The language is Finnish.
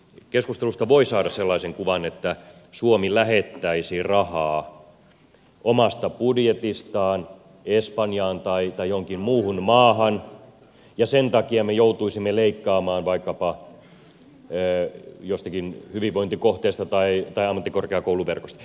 keskustelusta voi saada sellaisen kuvan että suomi lähettäisi rahaa omasta budjetistaan espanjaan tai johonkin muuhun maahan ja sen takia me joutuisimme leikkaamaan vaikkapa jostakin hyvinvointikohteesta tai ammattikorkeakouluverkosta